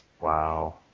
Wow